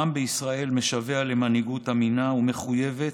העם בישראל משווע למנהיגות אמינה ומחויבת,